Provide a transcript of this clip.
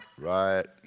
right